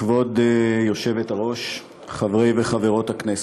כבוד היושבת-ראש, חברי וחברות הכנסת,